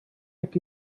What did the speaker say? jekk